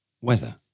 weather